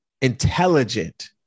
intelligent